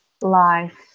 life